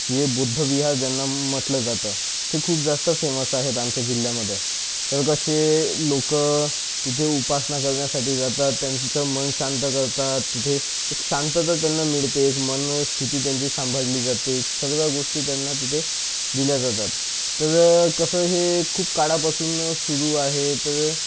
ये बुद्ध विहार ज्यांना म्हटलं जातं ते खूप जास्त फेमस आहेत आमच्या जिल्ह्यामधे तर असे लोक तिथे उपासना करण्यासाठी जातात त्यांचं मन शांत करतात तिथे एक शांतता त्यांना मिळते एक मन स्थिती त्यांची सांभाळली जाते सर्व गोष्टी त्यांना तिथे दिल्या जातात तर कसं हे खूप काळापासून सुरू आहे तर